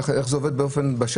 איך זה עובד בשטח,